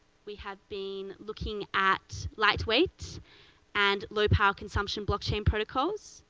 we have been looking at light weight and low power consumption blockchain protocols.